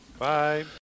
Bye